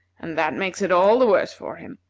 and that makes it all the worse for him.